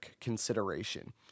consideration